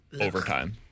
overtime